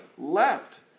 left